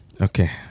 Okay